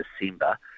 December